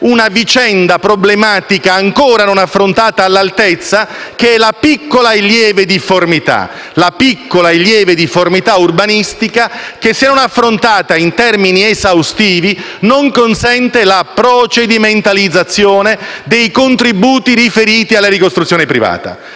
una vicenda problematica ancora non affrontata in modo adeguato, vale a dire la piccola e lieve difformità urbanistica che, se non affrontata in termini esaustivi, non consente la procedimentalizzazione dei contributi riferiti alla ricostruzione privata.